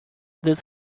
this